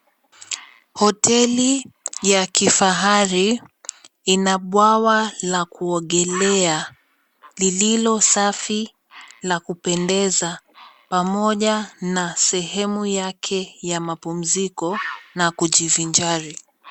Hoteli ya kifahari ina bawa la kuogelea, lililo safi na kupendeza pamoja na sehemu yake ya mapumziko na kujivinjari.